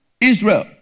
Israel